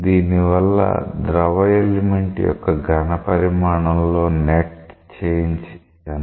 దీనివల్ల ద్రవ ఎలిమెంట్ యొక్క ఘనపరిమాణం లో నెట్ చేంజ్ ఎంత